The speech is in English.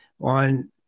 on